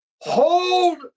hold